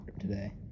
today